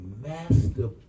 master